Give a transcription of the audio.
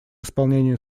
исполнению